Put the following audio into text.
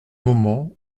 moment